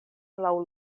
laŭ